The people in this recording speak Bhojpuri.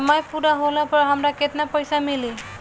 समय पूरा होला पर हमरा केतना पइसा मिली?